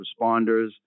responders